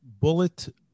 Bullet